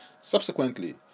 Subsequently